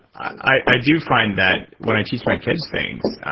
i do find that when i teach my kids things,